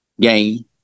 game